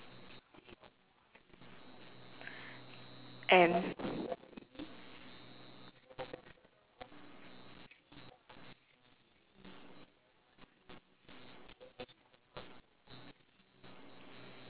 and